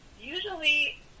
Usually